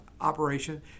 operation